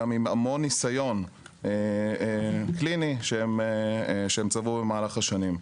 עם המון ניסיון קליני שהם צברו במהלך השנים.